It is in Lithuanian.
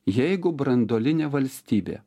jeigu branduolinė valstybė